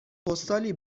پستالی